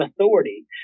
authority